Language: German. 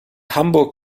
hamburg